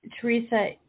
Teresa